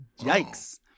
Yikes